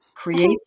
Create